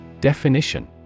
Definition